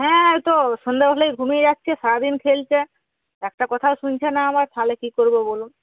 হ্যাঁ ওই তো সন্ধে হলেই ঘুমিয়ে যাচ্ছে সারাদিন খেলছে একটা কথাও শুনছে না আমার তাহলে কি করবো বলুন